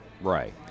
Right